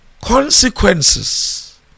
consequences